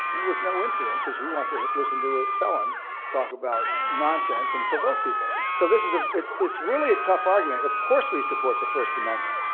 and there was no incident. because who wants to listen to a felon talk about nonsense and provoke people? so, this is a it's it's really a tough argument. of course, we support the first amendment,